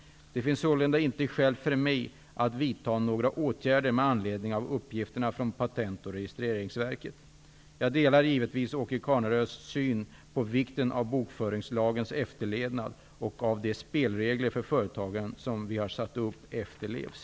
Det finns sålunda inte skäl för mig att vidta några åtgärder med anledning av uppgifterna från Patentoch registreringsverket. Jag delar givetvis Åke Carnerös syn på vikten av bokföringslagens efterlevnad och av att de spelregler för företagen som vi har satt upp följs.